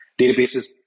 databases